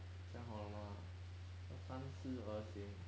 想好了吗三思而行